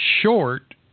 short